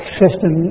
system